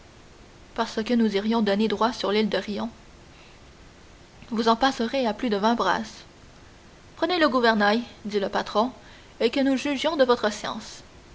parce que nous irions donner droit sur l'île de rion vous en passerez à plus de vingt brasses prenez donc le gouvernail dit le patron et que nous jugions de votre science